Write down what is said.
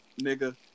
nigga